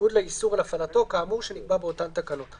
בניגוד לאיסור על הפעלתו כאמור שנקבע באותן תקנות".